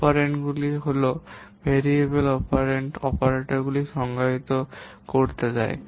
অপারেণ্ডগুলি হল ভেরিয়েবলগুলি অপারেন্ডস অপারেটরকে সংজ্ঞায়িত করতে দেয়